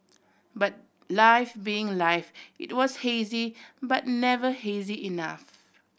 but life being life it was hazy but never hazy enough